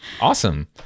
Awesome